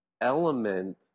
element